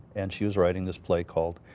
and she was writing this play called,